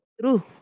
True